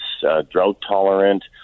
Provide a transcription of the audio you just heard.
drought-tolerant